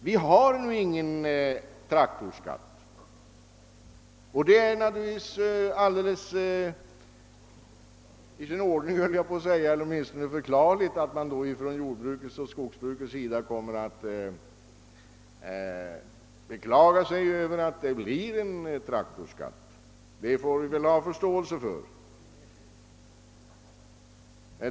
Vi har ingen traktorskatt, och det är förklarligt att man inom jordbruket och skogsbruket kommer att beklaga sig över att det blir en sådan skatt. Det får vi väl ha förståelse för.